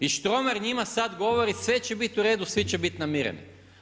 I Štromar njima sada govori, sve će biti u redu, svi će biti namireni.